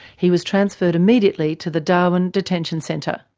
he was transferred immediately to the darwin detention centre.